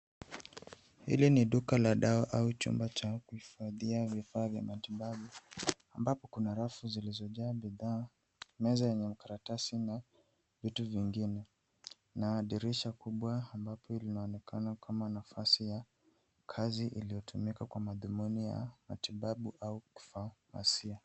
Hili ni duka la dawa au chamba cha kuhifadhia vifaa vya matibabu ambapo kuna rafu zilizojaa bidhaa, meza yenye makaratasi na vitu vingine na dirisha kubwa ambalo linaonekana kama nafasi ya kazi iliyotumika kwa madhumuni ya matibabu au kifamasia.